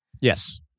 Yes